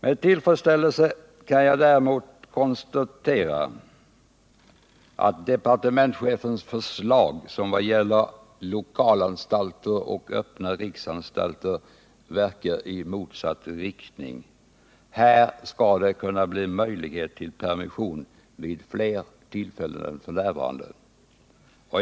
Med tillfredsställelse kan jag däremot konstatera att departementschefens förslag vad gäller lokalanstalter och öppna riksanstalter verkar i motsatt riktning. Genom detta förslag skapas möjlighet till permission vid fler tillfällen än f. n.